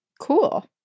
Cool